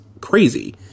crazy